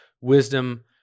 wisdom